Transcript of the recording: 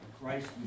Christ